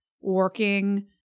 working